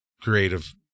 creative